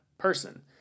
person